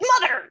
Mother